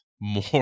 more